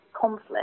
conflict